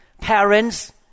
parents